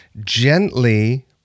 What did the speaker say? gently